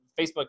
Facebook